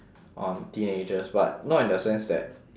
on teenagers but not in the sense that